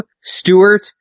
Stewart